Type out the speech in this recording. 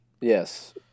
Yes